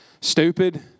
stupid